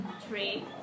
three